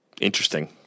Interesting